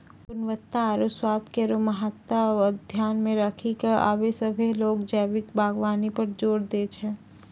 गुणवत्ता आरु स्वाद केरो महत्ता के ध्यान मे रखी क आबे सभ्भे लोग जैविक बागबानी पर जोर दै छै